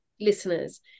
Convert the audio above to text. listeners